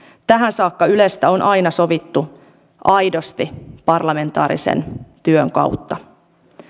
tähän saakka ylestä on aina sovittu aidosti parlamentaarisen työn kautta